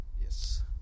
Yes